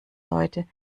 leute